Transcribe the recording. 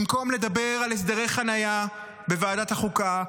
במקום לדבר על הסדרי חניה בוועדת החוקה,